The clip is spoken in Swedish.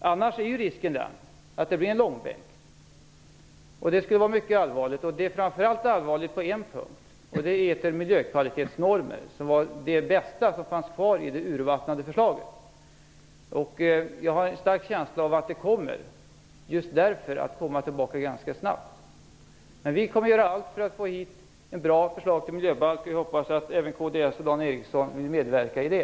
Annars finns risken att det blir en långbänk, och det skulle vara mycket allvarligt. Det är allvarligt framför allt på en punkt, och det gäller miljökvalitetsnormer. Det var det bästa som fanns kvar av det urvattnade förslaget. Jag har en stark känsla av att förslaget just därför kommer tillbaka ganska snabbt. Vi kommer att göra allt för att få ett bra förslag till miljöbalk. Jag hoppas att även kds och Dan Ericsson vill medverka i det.